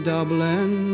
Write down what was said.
Dublin